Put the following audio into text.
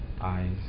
eyes